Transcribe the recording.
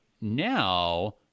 now